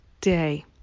day